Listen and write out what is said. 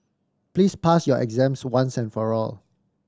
please pass your exams once and for all